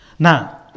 Now